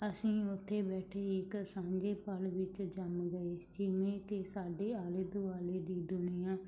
ਅਸੀਂ ਉੱਥੇ ਬੈਠੇ ਇੱਕ ਸਾਂਝੇ ਫਲ ਵਿੱਚ ਜੰਮ ਗਏ ਜਿਵੇਂ ਕਿ ਸਾਡੇ ਆਲੇ ਦੁਆਲੇ ਦੀ ਦੁਨੀਆ